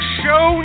show